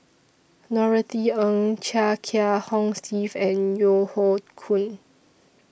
Norothy Ng Chia Kiah Hong Steve and Yeo Hoe Koon